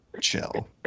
chill